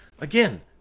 Again